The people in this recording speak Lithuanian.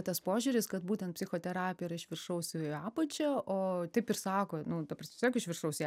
tas požiūris kad būtent psichoterapija yra iš viršaus į apačią o taip ir sako nu ta prasme jog iš viršaus